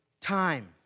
time